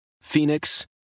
Phoenix